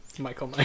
Michael